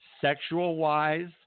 sexual-wise